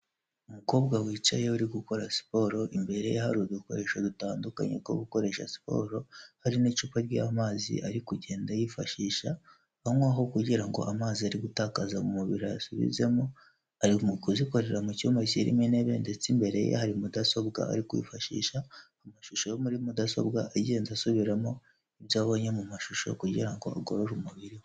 Umukobwa wicaye uri gukora siporo imbere ye hari udukoresho dutandukanye two gukoresha siporo hari n'icupa ry'amazi ari kugenda yifashisha anywaho kugira ngo amazi ari gutakaza mu mubiri ayasubizemo ari mu kuzikorera mu cyumba kirimo intebe ndetse imbere ye hari mudasobwa ari kwifashisha amashusho yo muri mudasobwa agenda asubiramo ibyo abonye mu mashusho kugira ngo agorore umubiri we.